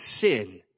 sin